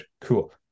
cool